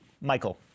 Michael